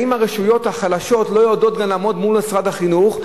האם הרשויות החלשות לא יודעות לעמוד מול משרד החינוך,